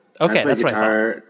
Okay